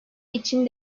için